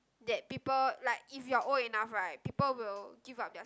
that people like if you are old enough right people will give up their